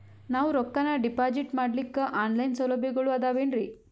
ನಾವು ರೊಕ್ಕನಾ ಡಿಪಾಜಿಟ್ ಮಾಡ್ಲಿಕ್ಕ ಆನ್ ಲೈನ್ ಸೌಲಭ್ಯಗಳು ಆದಾವೇನ್ರಿ?